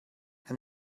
and